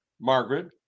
Margaret